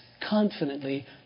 confidently